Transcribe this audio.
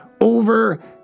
over